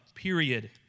period